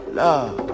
love